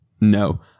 No